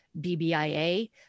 BBIA